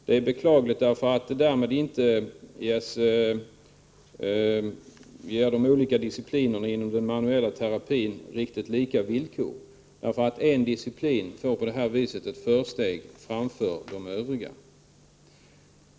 Det är beklagligt därför att de olika disciplinerna inom den manuella terapin därmed inte får lika villkor. En disciplin får på detta sätt ett försteg framför de övriga.